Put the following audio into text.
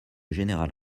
général